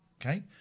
Okay